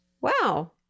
Wow